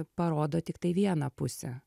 parodo tiktai vieną pusę